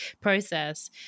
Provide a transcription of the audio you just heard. process